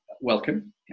welcome